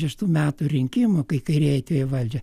šeštų metų rinkimų kai kairieji atėjo į valdžią